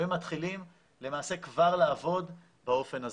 ומתחילים למעשה כבר לעבוד באופן הזה.